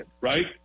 right